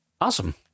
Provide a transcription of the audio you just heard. Awesome